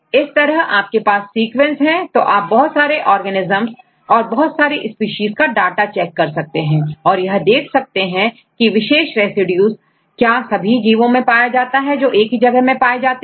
इस तरह यदि आपके पास सीक्वेंस है तो आप बहुत सारे ऑर्गेनिजमस और बहुत सारी स्पीशीज का डाटा चेक कर सकते हैं और यह देख सकते हैं कि कोई विशेष रेसिड्यू क्या सभी जीवो मेंorganism पाया जाता है जो एक ही जगह पर पाए जाते हैं